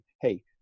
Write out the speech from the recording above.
Hey